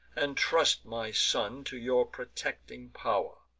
and trust my son to your protecting pow'r.